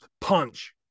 punch